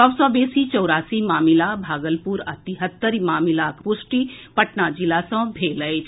सभ सँ बेसी चौरासी मामिला भागलपुर आ तिहत्तरि मामिलाक पुष्टि पटना जिला सँ भेल अछि